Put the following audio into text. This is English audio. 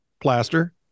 Plaster